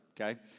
okay